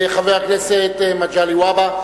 חבר הכנסת מגלי והבה.